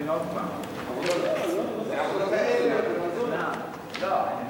אין